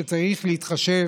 שצריך להתחשב.